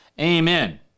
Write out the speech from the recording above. Amen